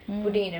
mm